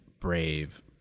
brave